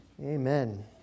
Amen